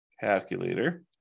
Calculator